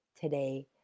today